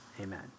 amen